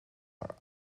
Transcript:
are